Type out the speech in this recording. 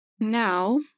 Now